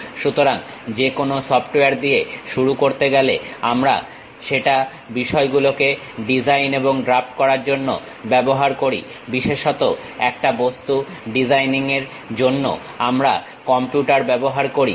সুতরাং যে কোনো সফটওয়্যার দিয়ে শুরু করতে গেলে আমরা সেটা বিষয়গুলোকে ডিজাইন এবং ড্রাফট করার জন্য ব্যবহার করি বিশেষত একটা বস্তু ডিজাইনিং এর জন্য আমরা কম্পিউটার ব্যবহার করি